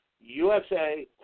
USA